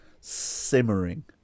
simmering